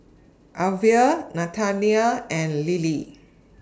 Elvia Nathanial and Lily